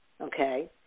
okay